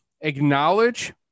acknowledge